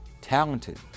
talented